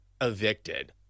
evicted